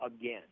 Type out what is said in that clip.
again